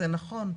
זה נכון.